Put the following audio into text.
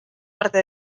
parte